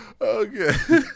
okay